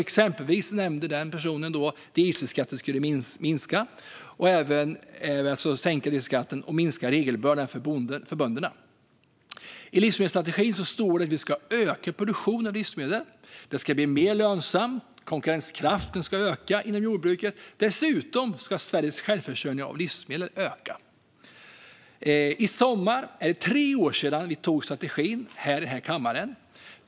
Exempelvis nämnde person i fråga att man borde sänka dieselskatten och minska regelbördan för bönderna. I livsmedelsstrategin står det att vi ska öka produktionen av livsmedel. Det ska bli mer lönsamt. Konkurrenskraften ska öka inom jordbruket. Dessutom ska Sveriges självförsörjning av livsmedel öka. I sommar är det tre år sedan vi antog strategin här i kammaren.